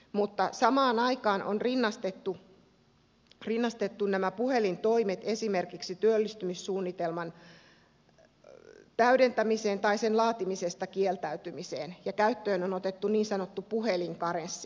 mutta samaan aikaan on rinnastettu nämä puhelintoimet esimerkiksi työllistymissuunnitelman täydentämiseen tai sen laatimisesta kieltäytymiseen ja käyttöön on otettu niin sanottu puhelinkarenssi